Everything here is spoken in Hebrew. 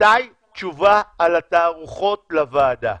מתי תשובה על התערוכות לוועדה?